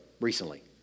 recently